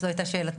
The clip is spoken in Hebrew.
זו הייתה שאלתי.